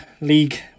League